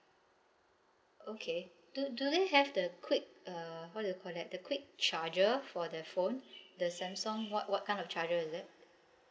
okay do do they have the quick uh what do you call that the quick charger for the phone the samsung what what kind of charger is it